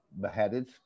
beheaded